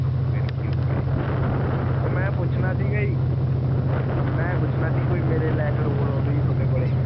ਚਲੋ ਫਿਰ ਕੀ ਹੋ ਗਿਆ ਜੀ ਉਹ ਮੈਂ ਪੁੱਛਣਾ ਸੀਗਾ ਜੀ ਮੈਂ ਪੁੱਛਣਾ ਸੀ ਕੋਈ ਮੇਰੇ ਲਾਇਕ ਰੋਲ ਹੋਵੇ ਜੀ ਤੁਹਾਡੇ ਕੋਲ